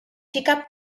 fica